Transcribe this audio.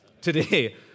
today